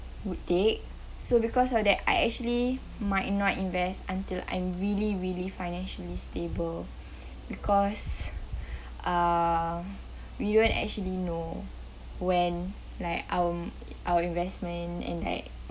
would take so because of that I actually might not invest until I'm really really financially stable because uh we don't actually know when like our our investment in like